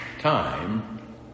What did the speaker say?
time